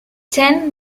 ten